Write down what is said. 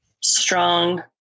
strong